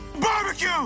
barbecue